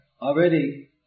already